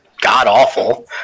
god-awful